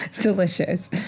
delicious